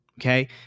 Okay